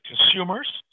consumers